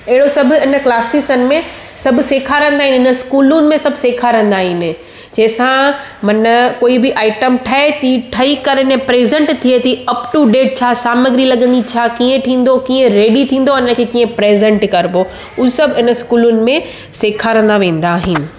अहिड़ो सभु इन क्लासिसनि में सभु सेखारींदा आहिनि स्कूलुनि में सभु सेखारींदा आहिनि जंहिंसां मन कोई बि आइटम ठहे थी ठही करे न प्रेसेंट थिए थी अप टू डेट छा सामग्री लॻंदी छा कीअं थींदो कीअं रेडी थींदो अने कीअं प्रेसेंट कयबो उहो सब इन स्कूलुनि में सिखारंदा वेंदा आहिनि